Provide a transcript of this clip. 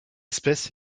espèce